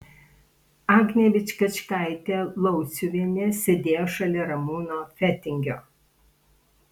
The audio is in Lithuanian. agnė vičkačkaitė lauciuvienė sėdėjo šalia ramūno fetingio